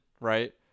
right